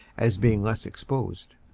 as being less exposed.